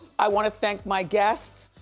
i wanna thank my guests.